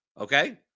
okay